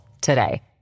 today